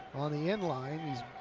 on the end line.